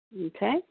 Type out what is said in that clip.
Okay